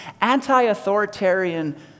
anti-authoritarian